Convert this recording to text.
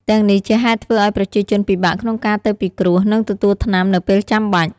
ទាំងនេះជាហេតុធ្វើឱ្យប្រជាជនពិបាកក្នុងការទៅពិគ្រោះ និងទទួលថ្នាំនៅពេលចាំបាច់។